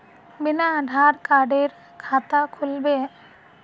बिना आधार कार्डेर खाता खुल बे?